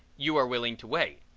you are willing to wait.